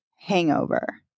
hangover